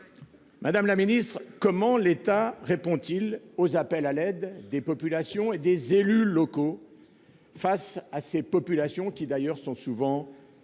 Madame la Ministre, comment l'État répond-il aux appels à l'aide des populations et des élus locaux. Face à ces populations qui d'ailleurs sont souvent sous